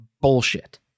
bullshit